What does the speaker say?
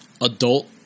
adult